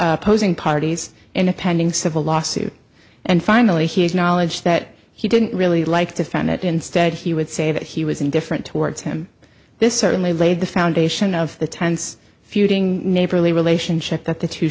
opposing parties in a pending civil lawsuit and finally he has knowledge that he didn't really like to find it instead he would say that he was indifferent towards him this certainly laid the foundation of the tense feuding neighborly relationship that the two